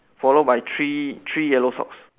followed by three three yellow socks